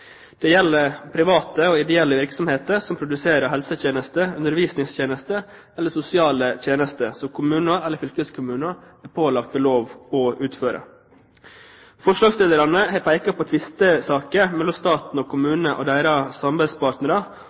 Det gjelder private og ideelle virksomheter som produserer helsetjenester, undervisningstjenester eller sosiale tjenester som kommuner eller fylkeskommuner er pålagt ved lov å utføre. Forslagsstillerne har pekt på tvistesaker mellom staten og kommunene og deres samarbeidspartnere